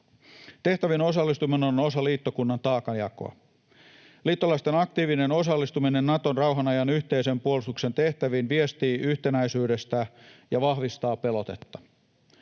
Tehtäviin osallistuminen on osa liittokunnan taakanjakoa. Liittolaisten aktiivinen osallistuminen Naton rauhan ajan yhteisen puolustuksen tehtäviin viestii yhtenäisyydestä ja vahvistaa pelotetta.